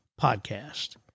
podcast